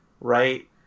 right